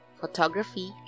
photography